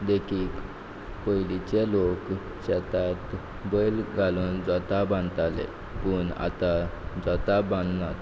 देखीक पयलींचे लोक शेतात बैल घालून जोता बांदताले पूण आतां जोतां बांदनात